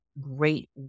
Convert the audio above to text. great